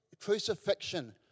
crucifixion